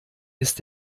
ist